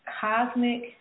cosmic